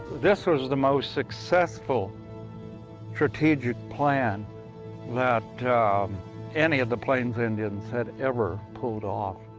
this was the most successful strategic plan that any of the plains indians had ever pulled off.